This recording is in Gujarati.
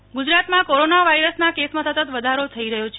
રાજ્ય સરકાર ગુજરાતમાં કોરોના વાયરસના કેસમાં સતત વધારો થઈ રહ્યો છે